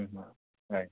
হয়